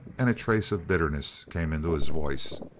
and a trace of bitterness came into his voice.